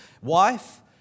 wife